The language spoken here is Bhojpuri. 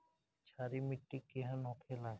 क्षारीय मिट्टी केहन होखेला?